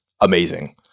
amazing